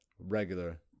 regular